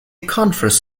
conference